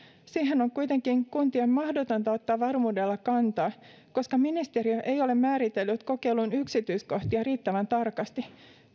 siihen on kuitenkin kuntien mahdotonta ottaa varmuudella kantaa koska ministeriö ei ole määritellyt kokeilun yksityiskohtia riittävän tarkasti